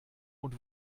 und